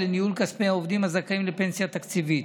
לניהול כספי העובדים הזכאים לפנסיה תקציבית.